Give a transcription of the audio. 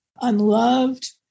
unloved